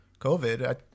COVID